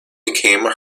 became